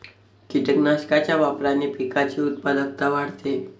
कीटकनाशकांच्या वापराने पिकाची उत्पादकता वाढते